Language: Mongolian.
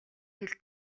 хэл